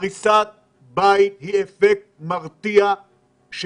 שאומר שהריסת בית היא אפקט מרתיע שאין